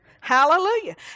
Hallelujah